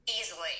Easily